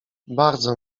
bardzo